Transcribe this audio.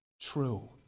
true